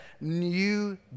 new